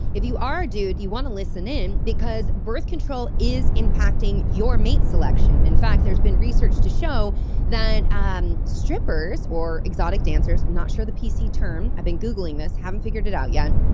if you are a dude you want to listen in, because birth control is impacting your mate selection. in fact, there's been research to show that strippers, or exotic dancers, i'm not sure the pc term, i've been googling this, haven't figured it out yet,